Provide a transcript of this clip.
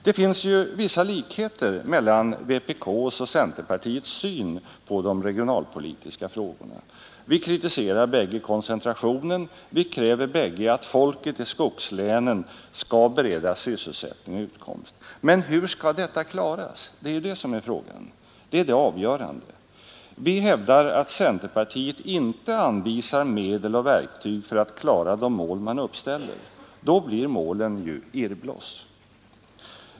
Det finns vissa likheter mellan vpk:s och centerpartiets syn på de regionalpolitiska frågorna. Vi kritiserar bägge koncentrationen, vi kräver bägge att folket i skogslänen skall beredas sysselsättning och utkomst. Men hur skall detta klaras? Det är det som är frågan. Det är det avgörande. Vi hävdar att centerpartiet inte anvisar medel och verktyg för att klara de mål man uppställer, och då blir målen irrbloss!